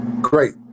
Great